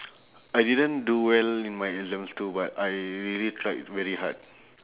I didn't do well in my exams too but I really tried very hard